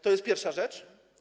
To jest pierwsza rzecz.